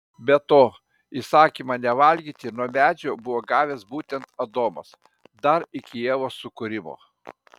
be to įsakymą nevalgyti nuo medžio buvo gavęs būtent adomas dar iki ievos sukūrimo